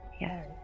Yes